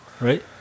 right